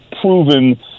proven